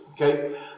okay